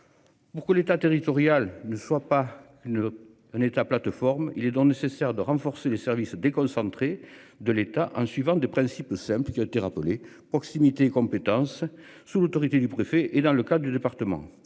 Pour que l'État territorial ne soit pas une on est plateforme. Il est donc nécessaire de renforcer les services déconcentrés de l'État en suivant des principes simples qui ont été rappelés proximité compétences sous l'autorité du préfet et dans le cas du département